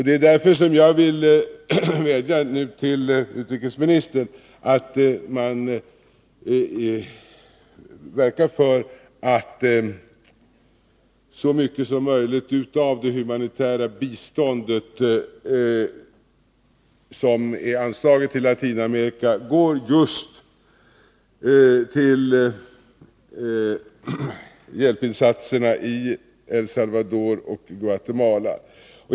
Det är därför som jag nu vill vädja till utrikesministern att verka för att så mycket som möjligt av det humanitära bistånd som är anslaget till Latinamerika används just till hjälpinsatserna i El Salvador och Guatemala.